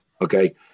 okay